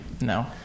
No